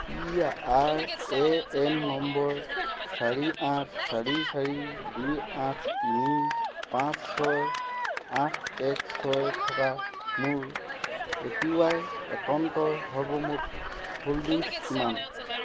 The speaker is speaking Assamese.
P R A N number চাৰি আঠ চাৰি চাৰি দুই আঠ তিনি পাঁচ ছয় আঠ এক ছয় থকা মোৰ এ পি ৱাই একাউণ্টৰ সৰ্বমুঠ হোল্ডিংছ কিমান